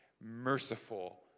merciful